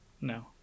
no